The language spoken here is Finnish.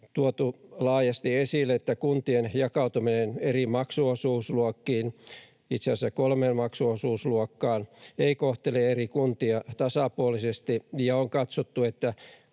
tuotu laajasti esille, että kuntien jakautuminen eri maksuosuusluokkiin — itse asiassa kolmeen maksuosuusluokkaan — ei kohtele eri kuntia tasapuolisesti. On katsottu, että